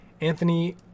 Anthony